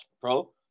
Pro